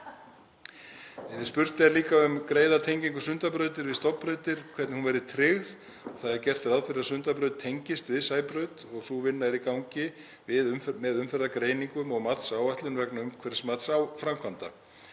þá. Spurt er líka um greiða tengingu Sundabrautar við stofnbrautir, hvernig hún verði tryggð. Það er gert ráð fyrir að Sundabraut tengist við Sæbraut og sú vinna er í gangi með umferðargreiningum og matsáætlun vegna umhverfismats framkvæmda.